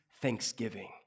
Thanksgiving